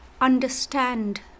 understand